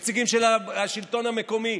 נציגים של השלטון המקומי.